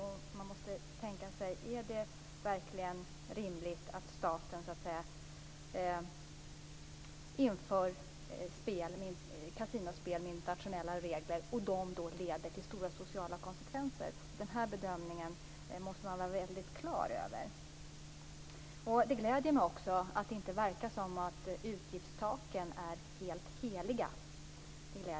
Man måste tänka sig: Är det verkligen rimligt att staten inför kasinospel med internationella regler som får stora sociala konsekvenser? Den bedömningen måste man vara väldigt klar över. Det gläder mig att det inte verkar som att utgiftstaken är helt heliga.